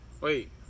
Wait